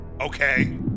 Okay